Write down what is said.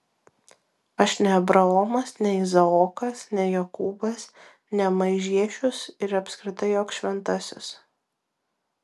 aš ne abraomas ne izaokas ne jokūbas ne maižiešius ir apskritai joks šventasis